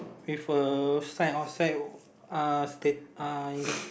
with a sign outside uh state uh indicate